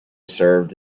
served